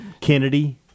Kennedy